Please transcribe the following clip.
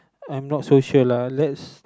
I'm not so sure lah let's